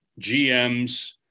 GMs